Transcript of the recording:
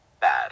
Bad